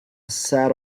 set